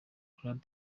club